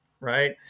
right